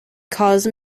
cause